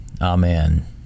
Amen